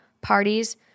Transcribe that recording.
parties